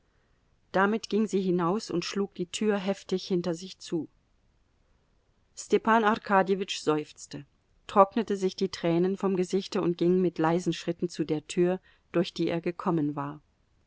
damit ging sie hinaus und schlug die tür heftig hinter sich zu stepan arkadjewitsch seufzte trocknete sich die tränen vom gesichte und ging mit leisen schritten zu der tür durch die er gekommen war